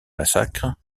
massacre